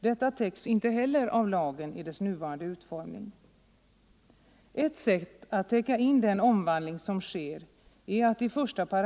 Detta täcks inte heller av lagen i dess nuvarande 19 november 1974 utformning. rost Ett sätt att täcka in den omvandling som sker är att i 1§ lagen om Ang.